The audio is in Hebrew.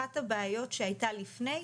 אחת הבעיות שהייתה לפני,